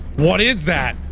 what is that?